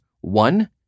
one